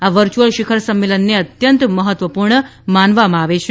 આ વર્ચ્યુઅલ શિખર સંમેલનને અત્યંત મહત્વપૂર્ણ માનવામાં આવે છે